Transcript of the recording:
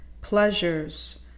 pleasures